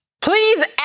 Please